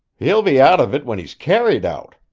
he'll be out of it when he's carried out.